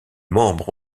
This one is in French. membre